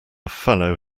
fellow